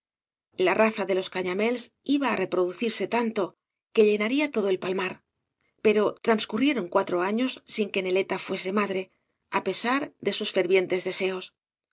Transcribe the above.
la raza de los gañaméls iba á reproducirse tanto que llenaría todo el palmar pero transcurrieron cuatro años sin que neleta fuese madre á pesar de sus fervientes deseos